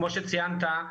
כמו שציינת,